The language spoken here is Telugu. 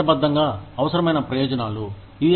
చట్టబద్ధంగా అవసరమైన ప్రయోజనాలు యు